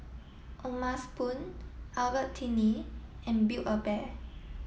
O'ma spoon Albertini and build a bear